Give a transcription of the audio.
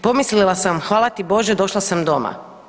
Pomislila sam hvala ti Bože došla sam doma.